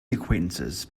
acquaintances